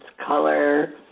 color